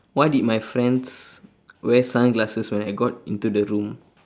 why did my friends wear sunglasses when I got into the room